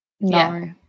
No